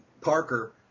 Parker